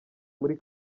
muri